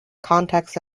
context